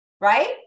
right